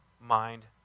mind